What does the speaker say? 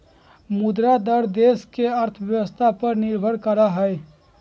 मुद्रा दर देश के अर्थव्यवस्था पर निर्भर करा हई